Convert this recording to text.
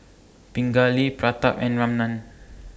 Pingali Pratap and Ramnath